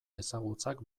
ezagutzak